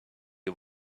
you